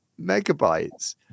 megabytes